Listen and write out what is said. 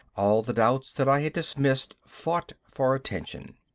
all the doubts that i had dismissed fought for attention.